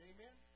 Amen